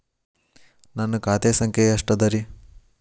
ನನ್ನ ಖಾತೆ ಸಂಖ್ಯೆ ಎಷ್ಟ ಅದರಿ?